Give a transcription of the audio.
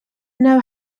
know